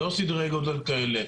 לא סדרי גודל כאלה.